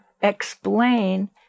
explain